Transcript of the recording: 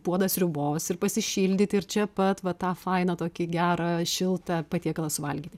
puodą sriubos ir pasišildyti ir čia pat va tą fainą tokį gerą šiltą patiekalą suvalgyti